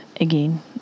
again